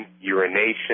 urination